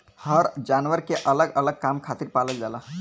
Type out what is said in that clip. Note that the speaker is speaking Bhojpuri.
हर जानवर के अलग अलग काम खातिर पालल जाला